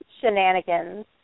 shenanigans